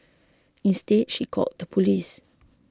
instead she called the police